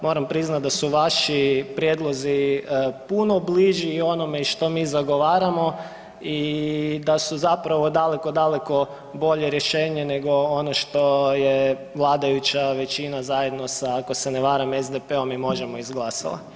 Moram priznat da su vaši prijedlozi puno bliži i onome i što mi zagovaramo i da su zapravo daleko, daleko bolje rješenje nego ono što je vladajuća većina zajedno sa, ako se ne varam, SDP-om i Možemo izglasala.